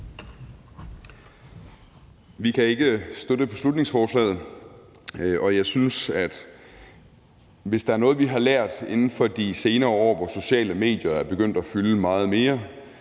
Vi kan ikke støtte beslutningsforslaget, og jeg synes, at hvis der er noget, vi har lært inden for de senere år, hvor sociale medier er begyndt at fylde meget mere,